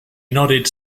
nodded